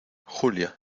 julia